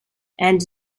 and